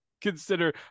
consider